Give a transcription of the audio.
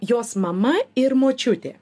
jos mama ir močiutė